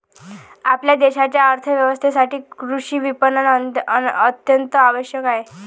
आपल्या देशाच्या अर्थ व्यवस्थेसाठी कृषी विपणन अत्यंत आवश्यक आहे